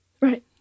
Right